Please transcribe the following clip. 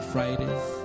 Fridays